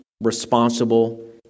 responsible